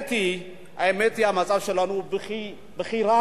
האמת היא שהמצב שלנו בכי רע